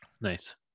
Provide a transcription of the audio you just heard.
Nice